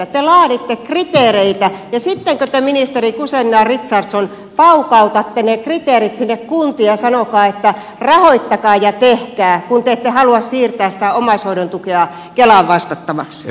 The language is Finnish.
te laaditte kriteereitä ja sittenkö te ministeri guzenina richardson paukautatte ne kriteerit sinne kuntiin ja sanotte että rahoittakaa ja tehkää kun te ette halua siirtää sitä omaishoidon tukea kelan vastattavaksi